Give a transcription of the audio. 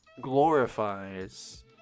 glorifies